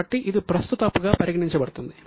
కాబట్టి ఇది ప్రస్తుత అప్పుగా పరిగణించబడుతుంది